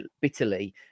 bitterly